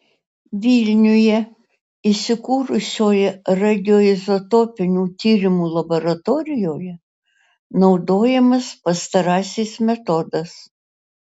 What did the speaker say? vilniuje įsikūrusioje radioizotopinių tyrimų laboratorijoje naudojamas pastarasis metodas